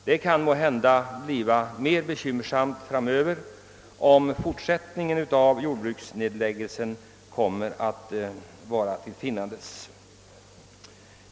Måhända kan det bli mer bekymmersamt att klara detta framöver, om jordbruksnedläggningarna skall fortsätta som hittills.